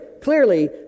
clearly